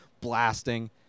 blasting